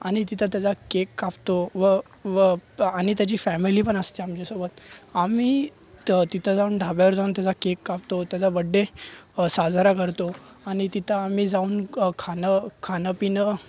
आणि तिथं त्याचा केक कापतो व व आणि त्याची फॅमिली पण असते आमच्यासोबत आम्ही त तिथं जाऊन ढाब्यावर जाऊन त्याचा केक कापतो त्याचा बड्डे साजरा करतो आणि तिथं आम्ही जाऊन खाणं खाणंपिणं